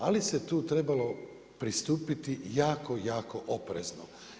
Ali, se tu trebalo pristupiti jako jako oprezno.